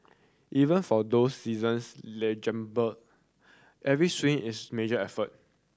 even for those seasons every swing is major effort